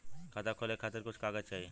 खाता खोले के खातिर कुछ कागज चाही?